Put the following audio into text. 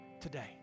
today